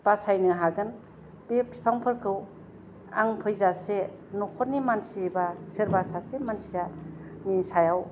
बासायनो हागोन बे फिफांफोरखौ आं फैजासे न'खरनि मानसि एबा सोरबा सासे मानसिया नि सायाव